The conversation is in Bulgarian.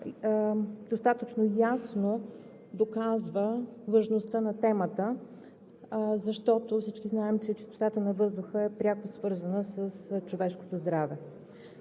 достатъчно ясно доказва важността на темата, защото всички знаем, че чистотата на въздуха е пряко свързана с човешкото здраве.